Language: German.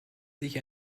sich